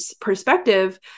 perspective